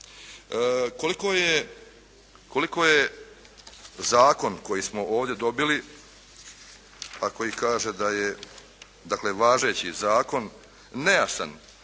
Koliko je zakon koji smo ovdje dobili a koji kaže da je, dakle, važeći zakon nejasan,